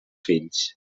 fills